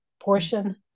portion